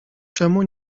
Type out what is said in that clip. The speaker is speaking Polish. czemu